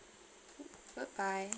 bye bye